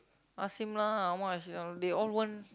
ask him lah how much they all they all won't